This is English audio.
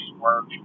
work